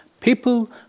people